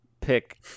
pick